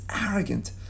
arrogant